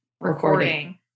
recording